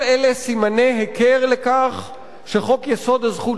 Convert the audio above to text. כל אלה הם סימני היכר לכך שחוק-יסוד: הזכות